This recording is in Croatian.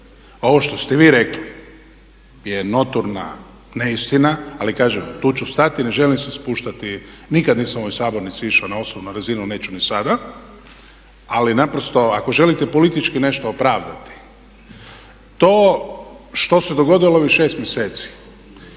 Ovo što ste vi rekli je notorna neistina. Ali kažem, tu ću stati, ne želim se spuštati, nikad nisam u ovoj sabornici išao na osobnu razinu, neću ni sada. Ali naprosto, ako želite politički nešto opravdati to što se dogodilo u ovih 6 mjeseci